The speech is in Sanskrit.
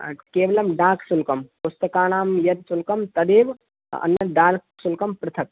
केवलं डाक्शुल्कं पुस्तकाणां यत् शुल्कं तदेव अन्य डाक्शुल्कं पृथक्